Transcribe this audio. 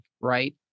right